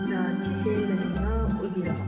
ꯁꯤꯁꯦ ꯂꯂꯩꯃꯥ ꯑꯣꯏꯕꯤꯔꯕꯣ